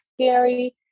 scary